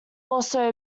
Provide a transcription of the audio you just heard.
also